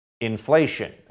inflation